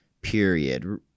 period